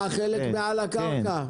חלק מעל הקרקע?